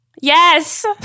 Yes